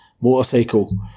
motorcycle